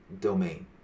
domain